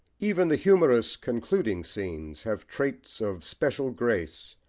even the humorous concluding scenes have traits of special grace,